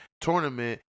tournament